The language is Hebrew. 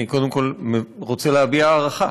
אני קודם כול רוצה להביע הערכה